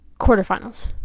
quarterfinals